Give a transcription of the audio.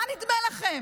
מה נדמה לכם?